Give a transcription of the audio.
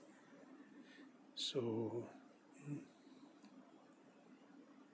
so and